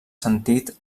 sentit